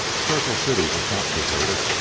circle city was not deserted,